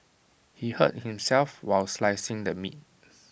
he hurt himself while slicing the meat